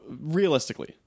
realistically